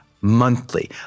monthly